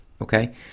okay